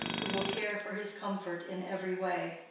who will care for his comfort in every way.